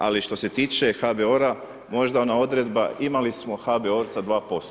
Ali, što se tiče HBOR-a, možda ona odredba, imali smo HBOR sa 2%